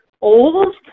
old